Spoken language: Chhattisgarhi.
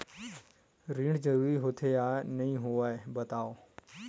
ऋण जरूरी होथे या नहीं होवाए बतावव?